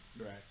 Right